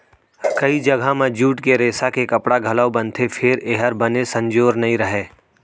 कइ जघा म जूट के रेसा के कपड़ा घलौ बनथे फेर ए हर बने संजोर नइ रहय